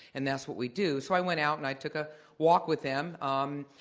and that's what we do. so i went out, and i took a walk with them um